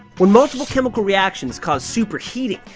when multiple chemical reactions cause superheating,